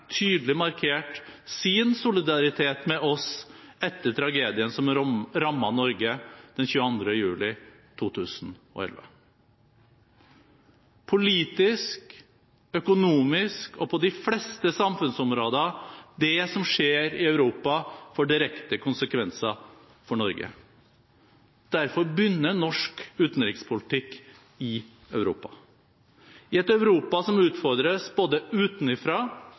tydelig markerte sin solidaritet med oss etter tragedien som rammet Norge den 22. juli 2011. Politisk, økonomisk og på de fleste samfunnsområder – det som skjer i Europa, får direkte konsekvenser for Norge. Derfor begynner norsk utenrikspolitikk i Europa – i et Europa som utfordres både utenfra